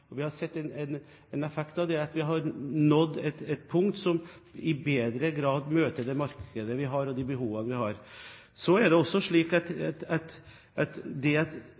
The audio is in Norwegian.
Vi har sett en effekt av det, og vi har nådd et punkt som i større grad møter det markedet vi har, og de behovene vi har. Så er det slik at det at få ønsker å selge eiendom, også kan snus til å si at det faktisk er positivt at